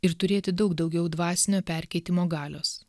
ir turėti daug daugiau dvasinio perkeitimo galios